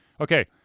Okay